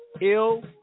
Ill